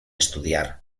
estudiar